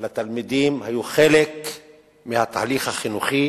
לתלמידים היו חלק מהתהליך החינוכי.